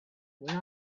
when